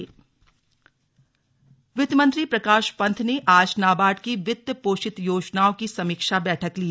slug वित्त मंत्री वित्त मंत्री प्रकाश पंत ने आज नाबार्ड की वित्त पोषित योजनाओं की समीक्षा बैठक ली